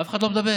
אף אחד לא מדבר.